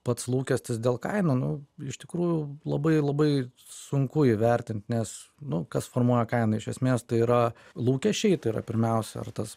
pats lūkestis dėl kainų nu iš tikrųjų labai labai sunku įvertint nes nu kas formuoja kainą iš esmės tai yra lūkesčiai tai yra pirmiausia ar tas